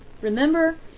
Remember